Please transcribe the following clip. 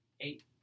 eight